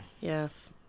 Yes